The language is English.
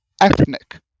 ethnic